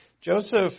Joseph